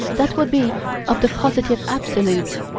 that would be of the positive absolute,